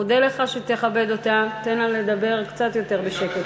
אודה לך שתכבד אותה, תן לה לדבר, קצת יותר בשקט.